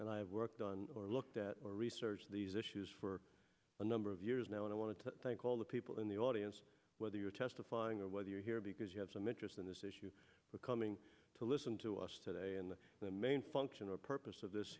and i've worked on or looked at the research these issues for a number of years now and i want to thank all the people in the audience whether you are testifying or whether you are here because you have some interest in this issue for coming to listen to us today and the main function or purpose of this